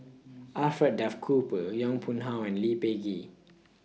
Alfred Duff Cooper Yong Pung How and Lee Peh Gee